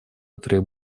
это